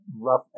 rough